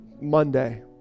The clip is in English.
Monday